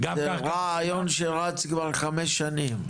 זה רעיון שרץ כבר חמש שנים,